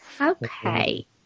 Okay